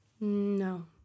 No